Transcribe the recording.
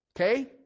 okay